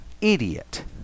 idiot